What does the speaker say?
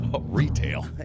Retail